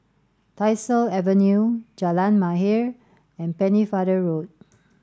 Tyersall Avenue Jalan Mahir and Pennefather Road